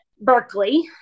Berkeley